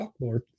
Chalkboard